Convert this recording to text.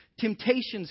Temptations